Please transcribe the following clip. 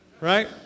right